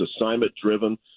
assignment-driven